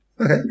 Okay